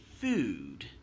food